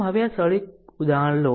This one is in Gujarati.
આમ હવે આ સરળ ઉદાહરણ લો